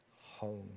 home